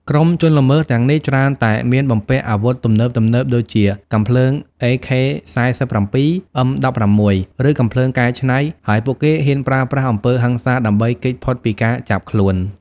ក្រុមជនល្មើសទាំងនេះច្រើនតែ មានបំពាក់អាវុធទំនើបៗ ដូចជាកាំភ្លើង AK-47 M16 ឬកាំភ្លើងកែច្នៃ ហើយពួកគេហ៊ានប្រើប្រាស់អំពើហិង្សាដើម្បីគេចផុតពីការចាប់ខ្លួន។